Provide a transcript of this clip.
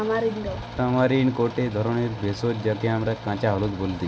tamarind হতিছে গটে ধরণের ভেষজ যাকে আমরা কাঁচা হলুদ বলতেছি